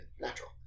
natural